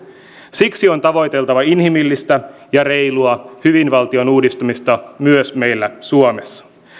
siksi on tavoiteltava inhimillistä ja reilua hyvinvointivaltion uudistamista myös meillä suomessa